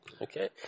Okay